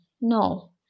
No